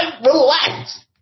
relax